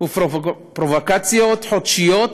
ופרובוקציות חודשיות,